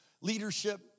leadership